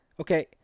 okay